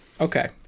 Okay